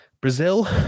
brazil